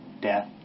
death